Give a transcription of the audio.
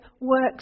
works